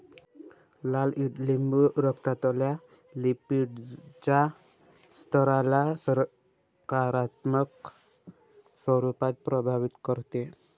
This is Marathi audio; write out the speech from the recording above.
लाल ईडलिंबू रक्तातल्या लिपीडच्या स्तराला सकारात्मक स्वरूपात प्रभावित करते